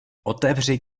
otevři